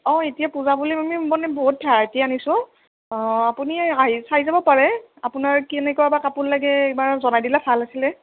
অ' এতিয়া পূজা বুলি আমি মানে বহুত ভেৰাইটি আনিছোঁ অ' আপুনি আহি চাই যাব পাৰে আপোনাৰ কেনেকুৱা বা কাপোৰ লাগে এবাৰ জনাই দিলে ভাল আছিল